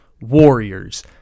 Warriors